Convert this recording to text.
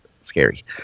scary